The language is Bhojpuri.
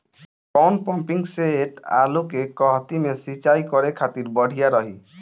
कौन पंपिंग सेट आलू के कहती मे सिचाई करे खातिर बढ़िया रही?